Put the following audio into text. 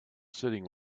sitting